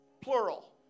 plural